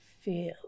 feel